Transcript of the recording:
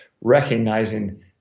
recognizing